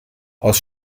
aus